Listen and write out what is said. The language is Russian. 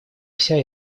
вся